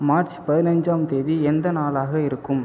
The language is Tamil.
மார்ச் பதினஞ்சாம் தேதி எந்த நாளாக இருக்கும்